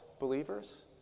believers